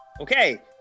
Okay